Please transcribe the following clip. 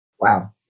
wow